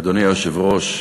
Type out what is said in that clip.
אדוני היושב-ראש,